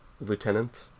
lieutenant